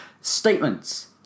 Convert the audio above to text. statements